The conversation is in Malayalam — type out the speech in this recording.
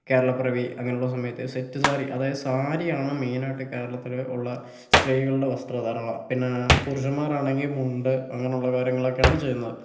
കേരളപ്പിറവി അങ്ങനെയുള്ള സമയത്ത് സെറ്റ് സാരി അതായത് സാരിയാണ് മെയിൻ ആയിട്ട് കേരളത്തിലുള്ള സ്ത്രീകളുടെ വസ്ത്രധാരണ പിന്നെ പുരുഷന്മാർ ആണെങ്കിൽ മുണ്ട് അങ്ങനെയുള്ള കാര്യങ്ങൾ ഒക്കെയാണ് ചെയ്യുന്നത്